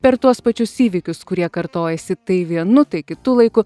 per tuos pačius įvykius kurie kartojasi tai vienu tai kitu laiku